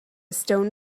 stone